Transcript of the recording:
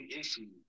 issues